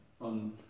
on